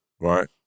right